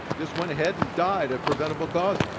just went ahead and died of preventable causes.